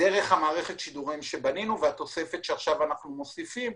דרך מערכת השידורים שבנינו ועכשיו התוספת שאנחנו מוסיפים,